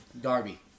Darby